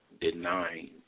denying